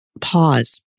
pause